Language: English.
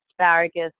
asparagus